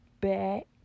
back